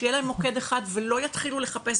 שיהיה להם מוקד אחד ולא יתחילו לחפש.